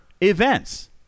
events